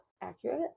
Accurate